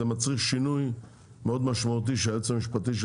זה מצריך שינוי מאוד משמעותי שהיועץ המשפטי של